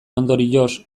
ondorioz